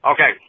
Okay